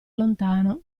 lontano